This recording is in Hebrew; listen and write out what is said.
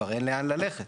כבר אין לאן ללכת,